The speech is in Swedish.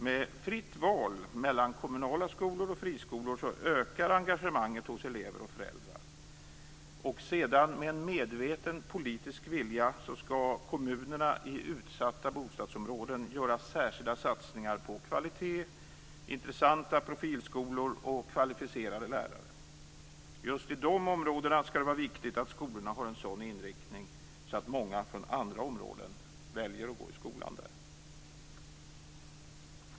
Med fritt val mellan kommunala skolor och friskolor ökar engagemanget hos elever och föräldrar. Med en medveten politisk vilja skall kommunerna i utsatta bostadsområden göra särskilda satsningar på kvalitet, intressanta profilskolor och kvalificerade lärare. Just i de områdena skall det vara viktigt att skolorna har en sådan inriktning att många från andra områden väljer att gå i skolan där.